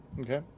Okay